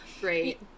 Great